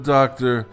Doctor